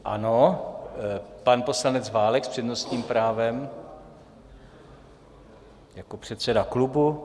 Ano, pan poslanec Válek s přednostním právem jako předseda klubu.